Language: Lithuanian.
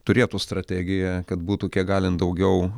turėtų strategiją kad būtų kiek galin daugiau